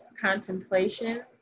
contemplation